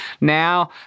Now